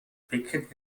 päckchen